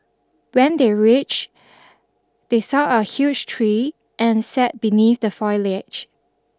when they reached they saw a huge tree and sat beneath the foliage